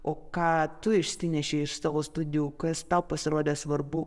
o ką tu išsinešei iš savo studijų kas tau pasirodė svarbu